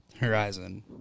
Horizon